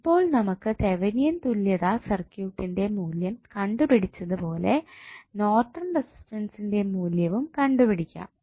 ഇപ്പോൾ നമുക്ക് തെവനിയൻ തുല്യതാ സർക്യൂട്ടിൻറെ മൂല്യം കണ്ടു പിടിച്ചത് പോലെ നോർട്ടൺ റസിസ്റ്റൻസ്ൻറെ മൂല്യവും കണ്ടുപിടിക്കാം